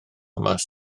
mas